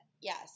yes